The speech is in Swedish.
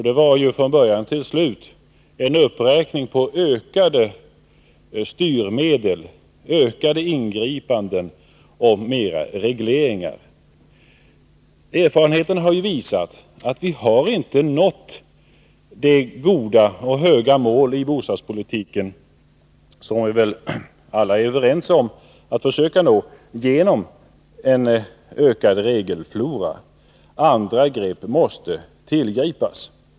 Det var från början till slut en uppräkning av ökade styrmedel, ökade ingripanden och mera regleringar. Erfarenheten har visat att vi inte har nått de högt satta mål i bostadspolitiken som vi väl alla är överens om att försöka nå genom en ökad regelflora. Andra grepp måste till.